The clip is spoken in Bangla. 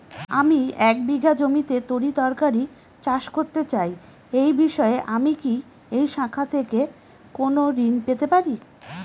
আমি এক বিঘা জমিতে তরিতরকারি চাষ করতে চাই এই বিষয়ে আমি কি এই শাখা থেকে কোন ঋণ পেতে পারি?